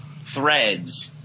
threads